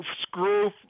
screw